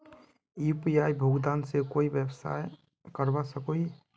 UPI भुगतान से कोई व्यवसाय करवा सकोहो ही?